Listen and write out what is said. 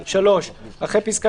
(3) אחרי פסקה